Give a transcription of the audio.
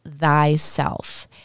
thyself